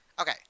okay